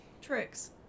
tricks